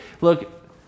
Look